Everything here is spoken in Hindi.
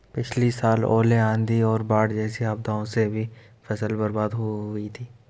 पिछली साल ओले, आंधी और बाढ़ जैसी आपदाओं से भी फसल बर्बाद हो हुई थी